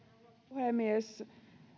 puhemies